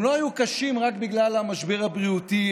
הם לא היו קשים רק בגלל המשבר הבריאותי.